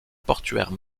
portuaire